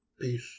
Peace